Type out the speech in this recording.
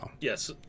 Yes